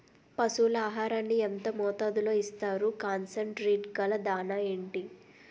పశువుల ఆహారాన్ని యెంత మోతాదులో ఇస్తారు? కాన్సన్ ట్రీట్ గల దాణ ఏంటి?